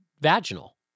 vaginal